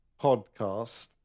podcast